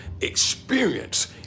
experience